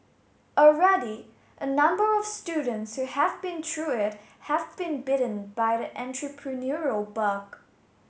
already a number of students who have been through it have been bitten by the entrepreneurial bug